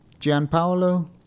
Gianpaolo